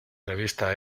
revista